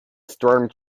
storm